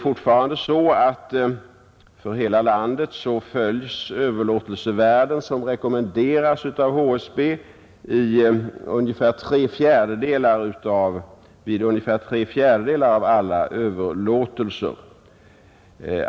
Fortfarande följs i hela landet vid ungefär 3/4 av alla överlåtelser de överlåtelsevärden som rekommenderas av HSB.